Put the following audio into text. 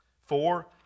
Four